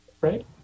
right